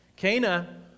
Cana